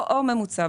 או ממוצע.